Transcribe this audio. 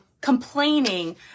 complaining